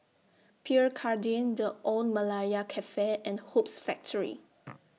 Pierre Cardin The Old Malaya Cafe and Hoops Factory